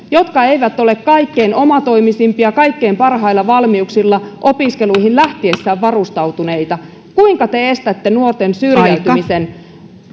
jotka eivät ole kaikkein omatoimisimpia kaikkein parhailla valmiuksilla opiskeluihin lähtiessään varustautuneita kuinka te estätte nuorten syrjäytymisen